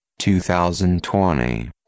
2020